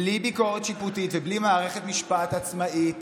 בלי ביקורת שיפוטית ובלי מערכת משפט עצמאית,